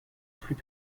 plus